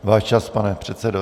Váš čas, pane předsedo.